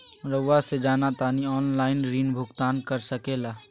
रहुआ से जाना तानी ऑनलाइन ऋण भुगतान कर सके ला?